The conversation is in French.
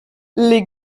les